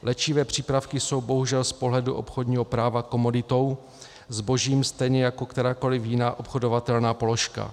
Léčivé přípravky jsou bohužel z pohledu obchodního práva komoditou, zbožím, stejně jako kterákoliv jiná obchodovatelná položka.